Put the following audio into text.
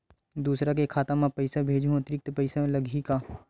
दूसरा के खाता म पईसा भेजहूँ अतिरिक्त पईसा लगही का?